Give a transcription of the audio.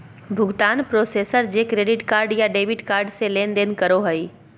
भुगतान प्रोसेसर जे credit card या डेबिट कार्ड से लेनदेन करो हइ